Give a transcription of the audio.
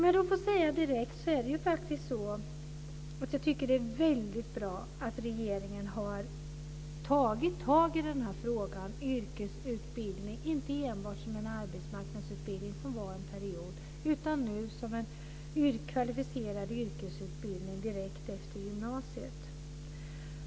Jag tycker att det är väldigt bra att regeringen har tagit tag i frågan om yrkesutbildning, inte enbart som en arbetsmarknadsutbildning som den var under en period, utan nu som en kvalificerad yrkesutbildning direkt efter gymnasiet.